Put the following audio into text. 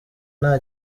nta